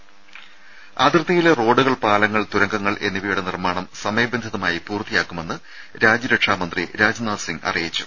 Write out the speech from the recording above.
രുമ അതിർത്തിയിലെ റോഡുകൾ പാലങ്ങൾ തുരങ്കങ്ങൾ എന്നിവയുടെ നിർമ്മാണം സമയബന്ധിതമായി പൂർത്തിയാക്കുമെന്ന് രാജ്യരക്ഷാ മന്ത്രി രാജ്നാഥ് സിംഗ് അറിയിച്ചു